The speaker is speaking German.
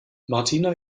martina